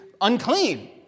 unclean